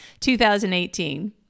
2018